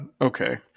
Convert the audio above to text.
Okay